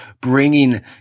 bringing